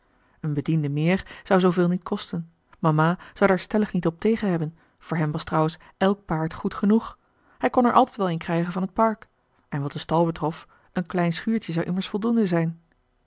een bediende meer zou zooveel niet kosten mama zou daar stellig niet op tegen hebben voor hem was trouwens elk paard goed genoeg hij kon er altijd wel een krijgen van het park en wat den stal betrof een klein schuurtje zou immers voldoende zijn